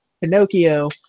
Pinocchio